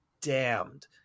damned